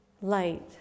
Light